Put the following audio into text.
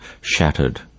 shattered